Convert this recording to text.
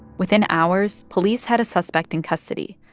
within hours, police had a suspect in custody,